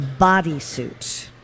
bodysuit